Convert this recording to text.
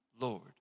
Lord